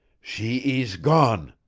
she ees gone!